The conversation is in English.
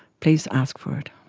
please ask for it.